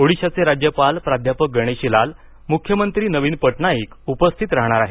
ओडिशाचे राज्यपाल प्राध्यापक गणेशी लाल मुख्यमंत्री नवीन पटनाईक उपस्थित राहणार आहेत